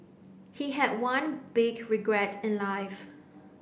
he had one big regret in life